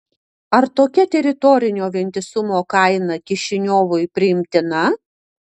ar tokia teritorinio vientisumo kaina kišiniovui priimtina